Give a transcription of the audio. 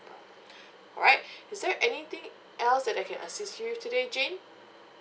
number alright is there anything else that I can assist you with today jane